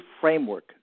framework